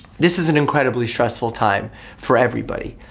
this is an incredibly stressful time for everybody.